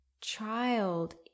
child